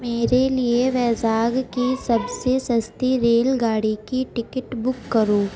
میرے لیے ویزاگ کی سب سے سستی ریل گاڑی کی ٹکٹ بک کرو